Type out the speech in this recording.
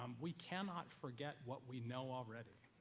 um we cannot forget what we know already.